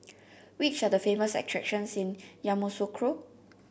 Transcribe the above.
which are the famous attractions in Yamoussoukro